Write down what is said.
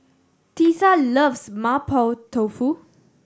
Tisa loves Mapo Tofu